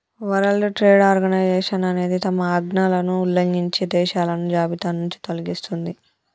world trade organization అనేది తమ ఆజ్ఞలను ఉల్లంఘించే దేశాలను జాబితానుంచి తొలగిస్తది